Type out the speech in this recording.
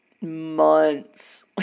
months